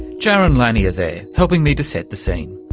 jaren lanier there, helping me to set the scene.